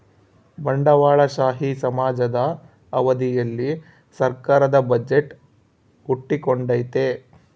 ಬಂಡವಾಳಶಾಹಿ ಸಮಾಜದ ಅವಧಿಯಲ್ಲಿ ಸರ್ಕಾರದ ಬಜೆಟ್ ಹುಟ್ಟಿಕೊಂಡೈತೆ